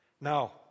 Now